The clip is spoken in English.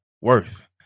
worth